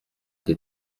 des